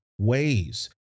Ways